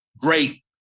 Great